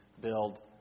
build